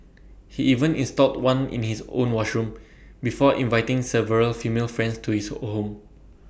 he even installed one in his own washroom before inviting several female friends to his home